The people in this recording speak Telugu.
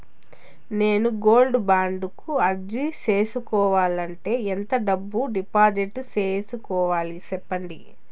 నేను గోల్డ్ బాండు కు అర్జీ సేసుకోవాలంటే ఎంత డబ్బును డిపాజిట్లు సేసుకోవాలి సెప్పండి